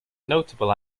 notable